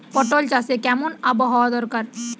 পটল চাষে কেমন আবহাওয়া দরকার?